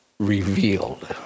Revealed